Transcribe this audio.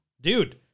Dude